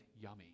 yummy